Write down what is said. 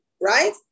right